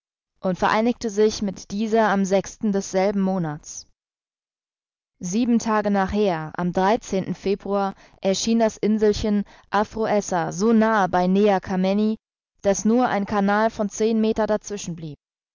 und vereinigte sich mit dieser am sechsten desselben monats sieben tage nachher am februar erschien das inselchen aphroessa so nahe bei nea kamenni daß nur ein canal von zehn meter dazwischen